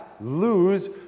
lose